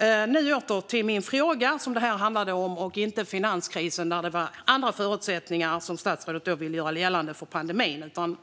Låt mig återgå till det som min fråga handlade om och inte finanskrisen då det ju rådde andra förutsättningar. Statsrådet vill visst göra gällande att de är desamma under pandemin.